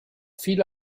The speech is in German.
viele